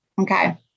Okay